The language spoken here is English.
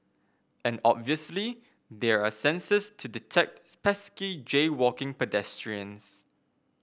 and obviously there are sensors to detect pesky jaywalking pedestrians